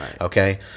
Okay